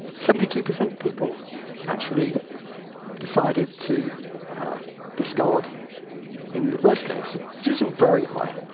seventy two percent people actually decided to discard in the first case, which isn't very high.